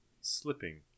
slipping